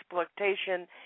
exploitation